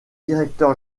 directeur